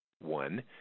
One